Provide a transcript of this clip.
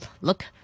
look